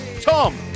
Tom